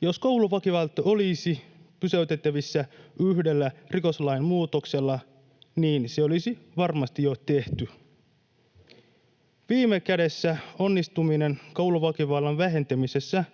Jos kouluväkivalta olisi pysäytettävissä yhdellä rikoslain muutoksella, niin se olisi varmasti jo tehty. Viime kädessä onnistuminen kouluväkivallan vähentämisessä